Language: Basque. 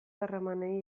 harremanei